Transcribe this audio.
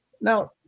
Now